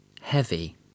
Heavy